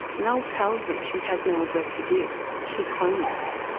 mel tells them she has no address to give, she's homeless.